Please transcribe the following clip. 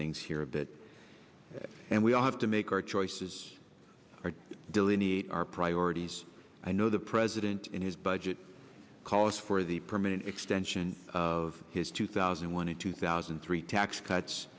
things here a bit and we all have to make our choices delineate our priorities i know the president in his budget calls for the permanent extension of his two thousand and one and two thousand and three tax cuts